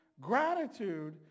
Gratitude